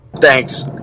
Thanks